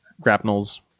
grapnels